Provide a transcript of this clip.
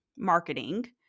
marketing